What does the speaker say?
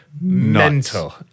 mental